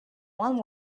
one